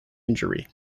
injury